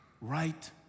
right